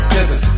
Listen